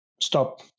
stop